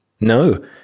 No